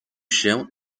się